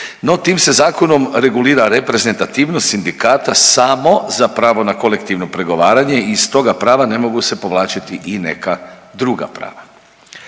No tim se zakonom regulira reprezentativnost sindikata samo za pravo na kolektivno pregovaranje i iz toga prava ne mogu se povlačiti i neka druga prava.